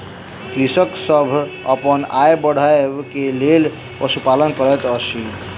कृषक सभ अपन आय बढ़बै के लेल पशुपालन करैत अछि